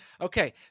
Okay